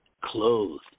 clothed